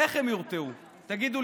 איך הם יורתעו?